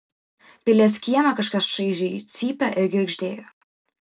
pilies kieme kažkas šaižiai cypė ir girgždėjo